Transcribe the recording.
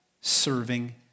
serving